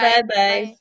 Bye-bye